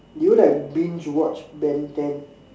do you like binge watch Ben-ten